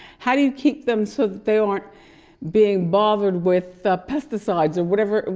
how do you keep them so that they aren't being bothered with pesticides or whatever?